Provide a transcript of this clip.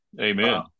Amen